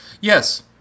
Yes